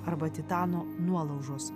arba titano nuolaužos